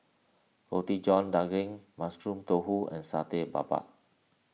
Roti John Daging Mushroom Tofu and Satay Babat